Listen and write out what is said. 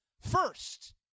first